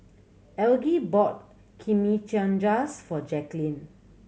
Elgie bought Chimichangas for Jacklyn